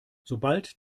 sobald